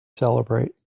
celebrate